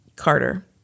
Carter